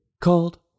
called